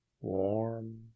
warm